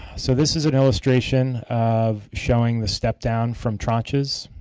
so this is an illustration of showing the step down from tranches.